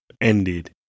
ended